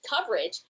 coverage